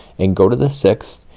and go to the sixth,